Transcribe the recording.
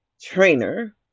trainer